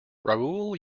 raoul